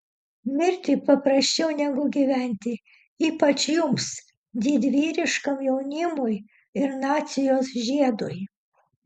mirti paprasčiau negu gyventi ypač jums didvyriškam jaunimui ir nacijos žiedui